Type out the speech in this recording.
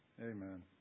Amen